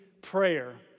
prayer